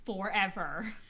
forever